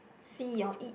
see or eat